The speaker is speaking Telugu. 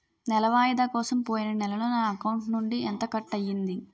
నెల వాయిదా కోసం పోయిన నెలలో నా అకౌంట్ నుండి ఎంత కట్ అయ్యింది?